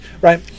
right